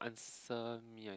answer me